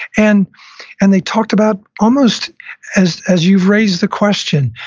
and and they talked about, almost as as you've raised the question,